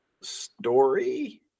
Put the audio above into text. story